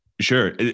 Sure